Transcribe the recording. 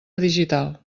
digital